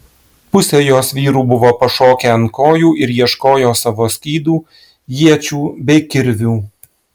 pusė jos vyrų buvo pašokę ant kojų ir ieškojo savo skydų iečių bei kirvių